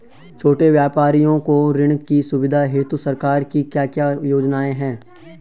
छोटे व्यापारियों को ऋण की सुविधा हेतु सरकार की क्या क्या योजनाएँ हैं?